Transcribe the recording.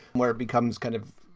where it becomes kind of,